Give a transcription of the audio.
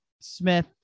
Smith